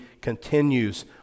continues